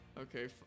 Okay